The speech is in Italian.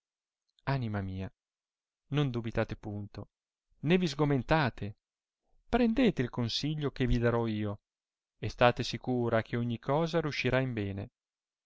anima mia non dubitate punto né vi sgomentate prendete il consiglio che vi darò io e state sicura che ogni cosa riuscirà in bene